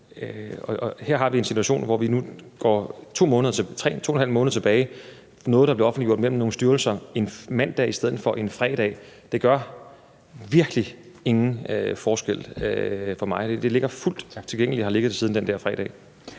Her har vi en situation, hvor vi nu går 2½ måned tilbage, om noget, der blev offentliggjort mellem nogle styrelser en mandag i stedet for en fredag. Det gør virkelig ingen forskel for mig. Det ligger fuldt tilgængeligt, og det har